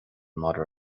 madra